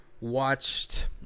Watched